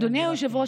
אדוני היושב-ראש,